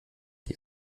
die